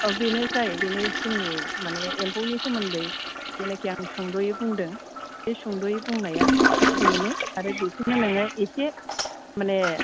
औ बेनो जायो बेनो जोंनि मानि एम्फौनि सोमोन्दै जेनाखि आं सुंद'यै बुंदों बे सुंद'यै बुंनाया बेनो आरो बेखौनो नोङो एसे मानि